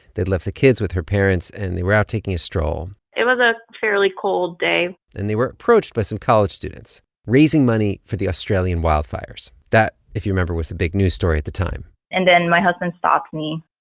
they'd left the kids with her parents, and they were out taking a stroll it was a fairly cold day and they were approached by some college students raising money for the australian wildfires. that, if you remember, was the big news story at the time and then my husband stops me,